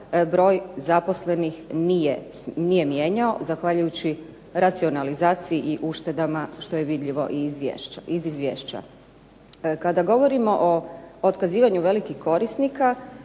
broj zaposlenih nije mijenjao, zahvaljujući racionalizaciji i uštedama što je vidljivo i iz izvješća. Kada govorimo o otkazivanju velikih korisnika,